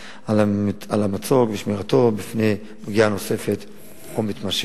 המצוק ושמירתו בפני פגיעה נוספת או מתמשכת.